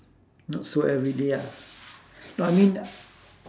not so everyday ah no I mean